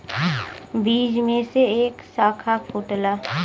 बीज में से एक साखा फूटला